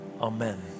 amen